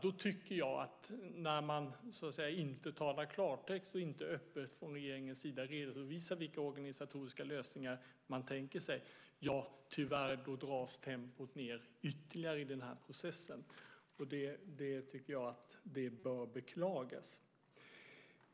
Då tycker jag att när man inte talar klartext och inte öppet från regeringens sida redovisar vilka organisatoriska lösningar man tänker sig dras tyvärr tempot ned ytterligare i den här processen. Det bör beklagas.